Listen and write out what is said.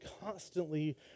constantly